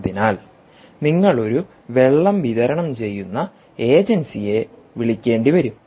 അതിനാൽ നിങ്ങൾ ഒരു വെള്ളം വിതരണം ചെയ്യുന്ന ഏജൻസിയെവിളിക്കേണ്ടിവരാം